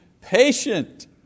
patient